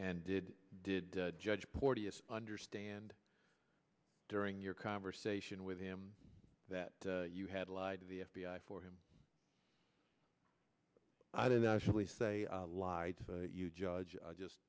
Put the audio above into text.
and did did judge porteous understand during your conversation with him that you had lied to the f b i for him i didn't actually say i lied to you judge i just